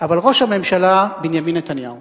אבל ראש הממשלה בנימין נתניהו